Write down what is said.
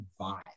vibe